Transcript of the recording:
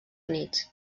units